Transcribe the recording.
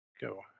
go